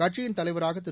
கட்சியின் தலைவராக திரு